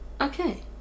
Okay